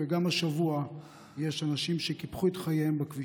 וגם השבוע יש אנשים שקיפחו את חייהם בכבישים.